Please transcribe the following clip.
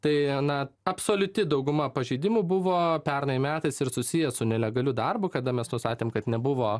tai na absoliuti dauguma pažeidimų buvo pernai metais ir susiję su nelegaliu darbu kada mes nustatėm kad nebuvo